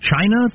China